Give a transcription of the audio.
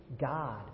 God